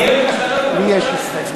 תהיה ממשלה בירושלים?